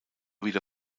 wieder